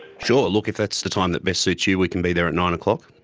sure. look if that's the time that best suits you, we can be there at nine o'clock.